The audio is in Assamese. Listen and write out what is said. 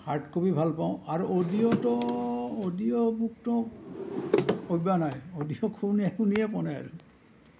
হাৰ্ড কপি ভাল পাওঁ আৰু অ'ডিঅ'টো অ'ডিঅ' বুকটো অভ্যাস নাই অ'ডিঅ' শুনিয়ে পোৱা নাই আৰু